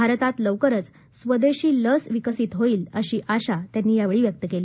भारतात लवकरच स्वदेशी लस विकसीत होईल अशी आशा त्यांनीयावेळी व्यक्त केली